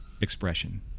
expression